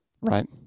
Right